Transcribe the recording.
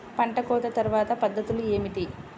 పంట కోత తర్వాత పద్ధతులు ఏమిటి?